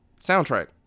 soundtrack